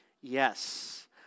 Yes